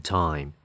time